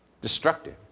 Destructive